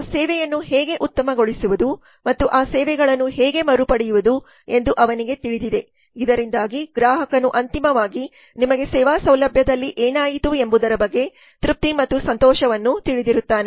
ಆ ಸೇವೆಯನ್ನು ಹೇಗೆ ಉತ್ತಮಗೊಳಿಸುವುದು ಮತ್ತು ಆ ಸೇವೆಗಳನ್ನು ಹೇಗೆ ಮರುಪಡೆಯುವುದು ಎಂದು ಅವನಿಗೆ ತಿಳಿದಿದೆ ಇದರಿಂದಾಗಿ ಗ್ರಾಹಕನು ಅಂತಿಮವಾಗಿ ನಿಮಗೆ ಸೇವಾ ಸೌಲಭ್ಯದಲ್ಲಿ ಏನಾಯಿತು ಎಂಬುದರ ಬಗ್ಗೆ ತೃಪ್ತಿ ಮತ್ತು ಸಂತೋಷವನ್ನು ತಿಳಿದಿರುತ್ತಾನೆ